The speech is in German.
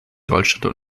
deutschland